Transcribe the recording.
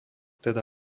teda